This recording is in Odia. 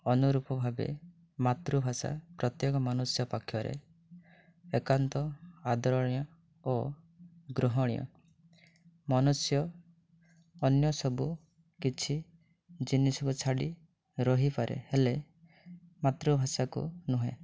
ଅନୁରୂପ ଭାବେ ମାତୃଭାଷା ପ୍ରତ୍ୟେକ ମନୁଷ୍ୟ ପାଖରେ ଏକାନ୍ତ ଆଦରଣୀୟ ଓ ଗ୍ରହଣୀୟ ମନୁଷ୍ୟ ଅନ୍ୟ ସବୁ କିଛି ଜିନିଷକୁ ଛାଡ଼ି ରହିପାରେ ହେଲେ ମାତୃଭାଷାକୁ ନୁହେଁ